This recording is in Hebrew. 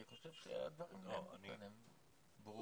אני חושב שהדברים נאמרו והם ברורים.